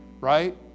right